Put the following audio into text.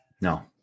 No